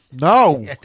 No